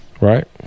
Right